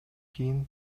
кийин